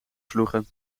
sloegen